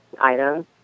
items